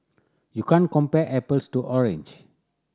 you can't compare apples to orange